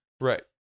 Right